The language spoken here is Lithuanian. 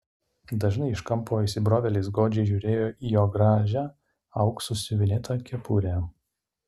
dažnai iš kampo įsibrovėlis godžiai žiūrėjo į jo gražią auksu siuvinėtą kepurę